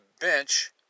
bench